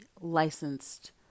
licensed